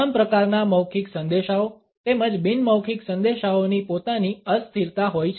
તમામ પ્રકારના મૌખિક સંદેશાઓ તેમજ બિન મૌખિક સંદેશાઓની પોતાની અસ્થિરતા હોય છે